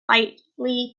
lightly